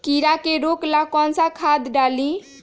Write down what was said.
कीड़ा के रोक ला कौन सा खाद्य डाली?